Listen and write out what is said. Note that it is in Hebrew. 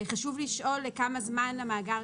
חשוב לשאול לכמה זמן המאגר,